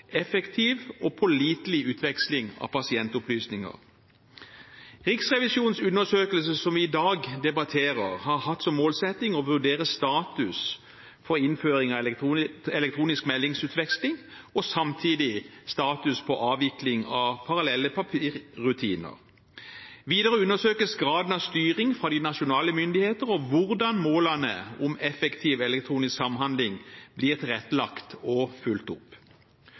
effektiv og pålitelig utveksling av pasientopplysninger. Riksrevisjonens undersøkelse, som vi i dag debatterer, har hatt som målsetting å vurdere status for innføring av elektronisk meldingsutveksling og samtidig status for avvikling av parallelle papirrutiner. Videre undersøkes graden av styring fra de nasjonale myndigheter og hvordan målene om effektiv elektronisk samhandling blir tilrettelagt og fulgt opp.